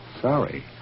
Sorry